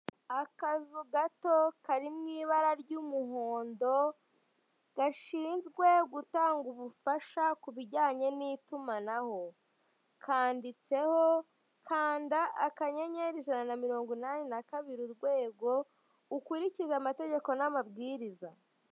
Akazu gato, kari mu ibara ry'umuhondo, gashinzwe gutanga ubufasha ku bujyanye n'itumanaho. Kanditseho " Kanda, akanyenyeri, ijana na mirongo inani na kabiri, urwego, ukurikize amategeko n'amabwiriza",